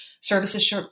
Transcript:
services